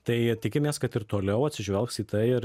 tai tikimės kad ir toliau atsižvelgs į tai ir